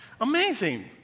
Amazing